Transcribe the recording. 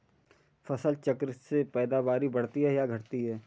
फसल चक्र से पैदावारी बढ़ती है या घटती है?